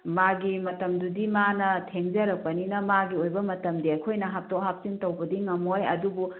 ꯃꯥꯒꯤ ꯃꯇꯝꯗꯨꯗꯤ ꯃꯥꯅ ꯊꯦꯡꯖꯔꯛꯄꯅꯤꯅ ꯃꯥꯒꯤ ꯑꯣꯏꯕ ꯃꯇꯝꯗꯤ ꯑꯩꯈꯣꯏꯅ ꯍꯥꯞꯇꯣꯞ ꯍꯥꯞꯆꯤꯟ ꯇꯧꯕꯗꯤ ꯉꯝꯃꯣꯏ ꯑꯗꯨꯕꯨ